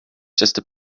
just